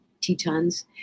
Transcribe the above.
Tetons